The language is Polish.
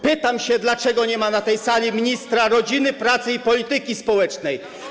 Pytam się, dlaczego nie ma na tej sali ministra rodziny, pracy i polityki społecznej.